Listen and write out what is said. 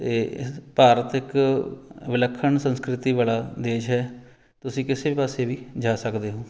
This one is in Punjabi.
ਅਤੇ ੲਸ ਭਾਰਤ ਇੱਕ ਵਿਲੱਖਣ ਸੰਸਕ੍ਰਿਤੀ ਵਾਲਾ ਦੇਸ਼ ਹੈ ਤੁਸੀਂ ਕਿਸੇ ਪਾਸੇ ਵੀ ਜਾ ਸਕਦੇ ਹੋ